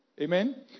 amen